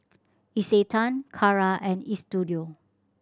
Isetan Kara and Istudio